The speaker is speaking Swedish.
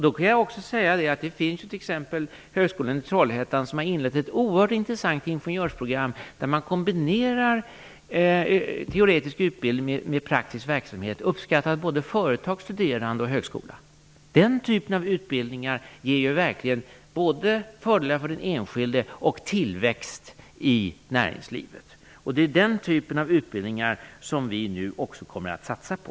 Då kan jag säga att exempelvis högskolan i Trollhättan har inlett ett oerhört intressant ingenjörsprogram där man kombinerar teoretisk utbildning med praktisk verksamhet. Detta uppskattas av företag, studerande och högskola. Den typen av utbildning ger verkligen både fördelar för den enskilde och tillväxt i näringslivet. Det är den typen av utbildningar vi nu kommer att satsa på.